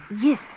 Yes